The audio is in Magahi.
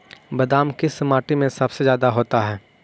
बादाम किस माटी में सबसे ज्यादा होता है?